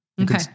Okay